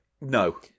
No